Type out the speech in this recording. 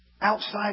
Outside